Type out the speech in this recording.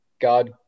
God